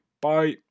Bye